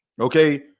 okay